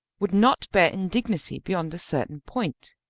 would not bear indignity beyond a certain point.